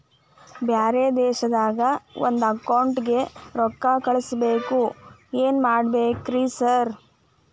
ಬ್ಯಾರೆ ದೇಶದಾಗ ಒಂದ್ ಅಕೌಂಟ್ ಗೆ ರೊಕ್ಕಾ ಕಳ್ಸ್ ಬೇಕು ಏನ್ ಮಾಡ್ಬೇಕ್ರಿ ಸರ್?